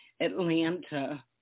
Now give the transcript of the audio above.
Atlanta